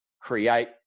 create